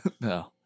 No